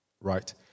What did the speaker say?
right